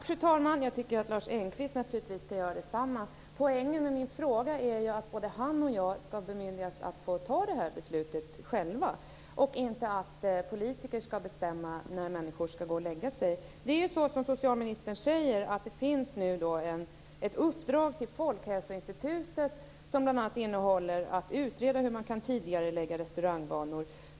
Fru talman! Jag tycker naturligtvis att Lars Engqvist ska göra detsamma. Poängen med min fråga är att både han och jag ska bemyndigas att ta det beslutet själva. Politiker ska inte bestämma när människor ska gå och lägga sig. Det finns, som socialministern säger, ett uppdrag till Folkhälsoinstitutet som bl.a. innebär att man ska utreda hur man kan tidigarelägga restaurangvanor.